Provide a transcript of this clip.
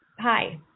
Hi